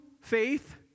faith